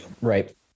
Right